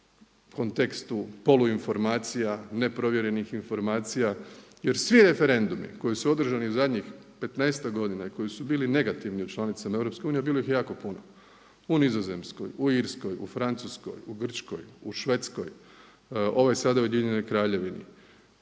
kontekstu polu informacija, neprovjerenih informacija jer svi referendumi koji su održani zadnjih 15-ak godina i koji su bili negativni u članicama EU, bilo ih je jako puno, u Nizozemskoj, u Irskoj, u Francuskoj, u Grčkoj, u Švedskoj, ovaj sada u Ujedinjenoj Kraljevini